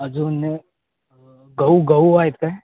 अजून गहू गहू आहेत काय